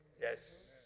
Yes